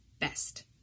best